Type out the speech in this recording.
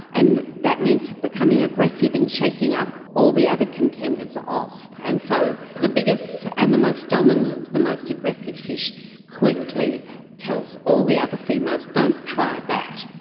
and that means becoming aggressive and chasing all the other contenders off, and so the biggest and the most dominant, the most aggressive fish quickly tells all the other females don't try that.